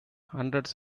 hundreds